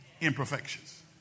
imperfections